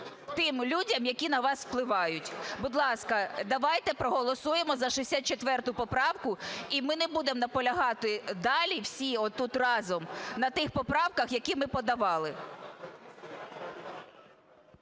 тим людям, які на вас впливають. Будь ласка, давайте проголосуємо за 64 поправку, і ми не будемо наполягати далі, всі тут разом, на тих поправках, які ми подавали.